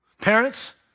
Parents